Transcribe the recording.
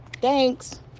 Thanks